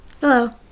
Hello